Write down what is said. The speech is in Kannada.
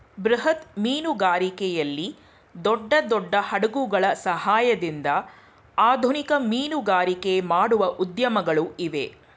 ಬೃಹತ್ ಮೀನುಗಾರಿಕೆಯಲ್ಲಿ ದೊಡ್ಡ ದೊಡ್ಡ ಹಡಗುಗಳ ಸಹಾಯದಿಂದ ಆಧುನಿಕ ಮೀನುಗಾರಿಕೆ ಮಾಡುವ ಉದ್ಯಮಗಳು ಇವೆ